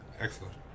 Excellent